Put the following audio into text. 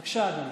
בבקשה, אדוני.